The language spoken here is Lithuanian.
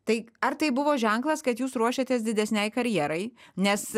tai ar tai buvo ženklas kad jūs ruošiatės didesnei karjerai nes